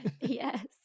Yes